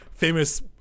famous